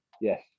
Yes